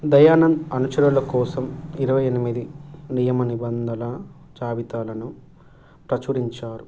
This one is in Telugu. దయానంద్ అనుచరుల కోసం ఇరవై ఎనిమిది నియమనిబంధన జాబితాలను ప్రచురించారు